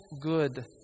good